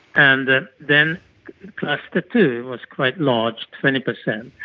and then cluster two was quite large, twenty percent,